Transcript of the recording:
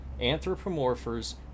anthropomorphers